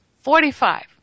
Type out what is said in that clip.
Forty-five